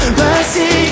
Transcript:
mercy